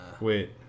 wait